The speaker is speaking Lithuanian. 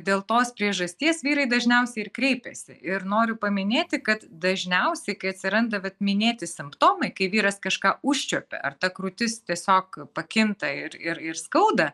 dėl tos priežasties vyrai dažniausiai ir kreipiasi ir noriu paminėti kad dažniausiai kai atsiranda vat minėti simptomai kai vyras kažką užčiuopia ar ta krūtis tiesiog pakinta ir ir ir skauda